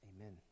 Amen